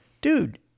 dude